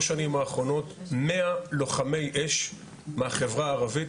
שנים האחרונות מאה לוחמי אש מהחברה הערבית,